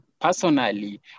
personally